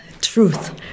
truth